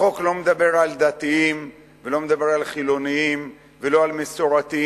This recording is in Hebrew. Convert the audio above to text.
החוק לא מדבר על דתיים ולא מדבר על חילונים ולא מדבר על מסורתיים,